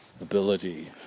Ability